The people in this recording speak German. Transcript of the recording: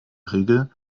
regel